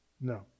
No